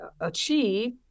achieve